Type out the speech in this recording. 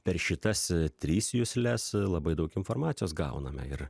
per šitas tris jusles labai daug informacijos gauname ir